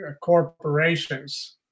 corporations